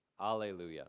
Alleluia